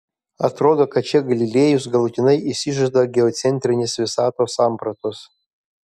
atrodo kad čia galilėjus galutinai išsižada geocentrinės visatos sampratos